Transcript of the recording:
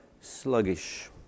sluggish